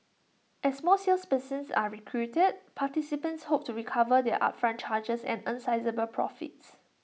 as more salespersons are recruited participants hope to recover their upfront charges and earn sizeable profits